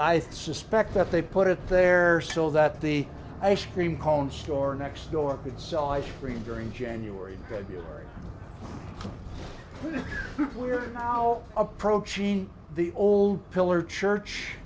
i suspect that they put it there so that the ice cream cone store next door could sell ice cream during january february we're now approaching the old pillar church